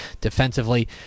defensively